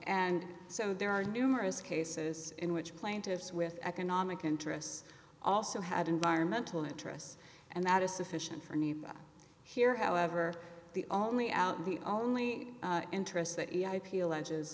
and so there are numerous cases in which plaintiffs with economic interests also had environmental interests and that is sufficient for me here however the only out the only interests that i